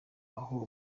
aho